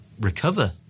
recover